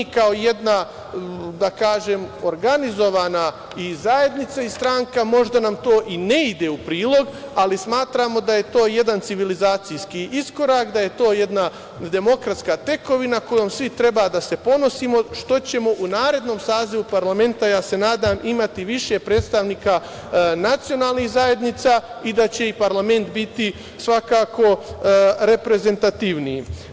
Nama kao jednoj, da kažem, organizovanoj i zajednici i stranci možda nam to i ne ide u prilog, ali smatramo da je to jedan civilizacijski iskorak, da je to jedna demokratska tekovina kojom svi treba da se ponosimo, što ćemo u narednom sazivu parlamenta, ja se nadam, imati više predstavnika nacionalnih zajednica i da će i parlament biti svakako reprezentativniji.